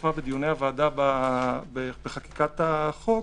שהיתוספה בדיוני הוועדה בחקיקת החוק,